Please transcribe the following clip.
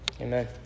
Amen